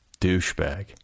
douchebag